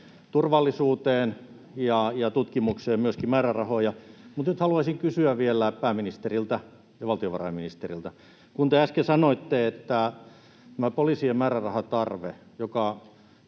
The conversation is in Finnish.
turvallisuuteen ja tutkimukseen. Nyt haluaisin kysyä vielä pääministeriltä ja valtiovarainministeriltä, kun te äsken sanoitte, että tämä poliisien määrärahatarve, joka